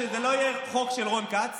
שזה לא יהיה חוק של רון כץ,